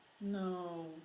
No